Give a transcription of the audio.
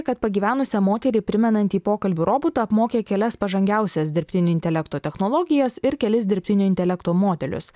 kad pagyvenusią moterį primenantį pokalbių robotą apmokė kelias pažangiausias dirbtinio intelekto technologijas ir kelis dirbtinio intelekto modelius